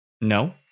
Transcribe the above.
No